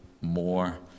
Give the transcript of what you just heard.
more